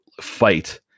fight